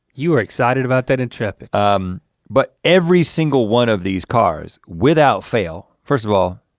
you were excited about that intrepid. but every single one of these cars without fail, first of all,